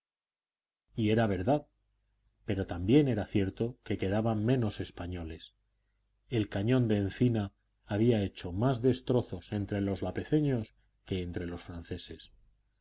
y era verdad pero también era cierto que quedaban menos españoles el cañón de encina había hecho más destrozos entre los lapezeños que entre los franceses